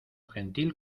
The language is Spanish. gentil